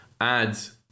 ads